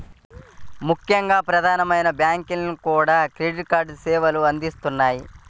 ముఖ్యంగా ప్రధానమైన బ్యాంకులన్నీ కూడా క్రెడిట్ కార్డు సేవల్ని అందిత్తన్నాయి